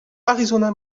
arizona